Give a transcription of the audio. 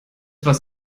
was